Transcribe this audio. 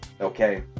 okay